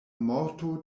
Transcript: morto